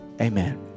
amen